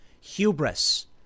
Hubris